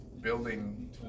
building